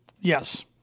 Yes